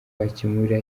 wakemura